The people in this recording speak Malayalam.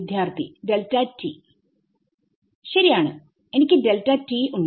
വിദ്യാർത്ഥി ഡെൽറ്റ t ശരിയാണ്എനിക്ക് ഉണ്ട്